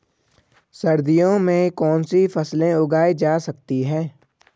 सर्दियों में कौनसी फसलें उगाई जा सकती हैं?